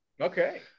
Okay